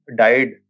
died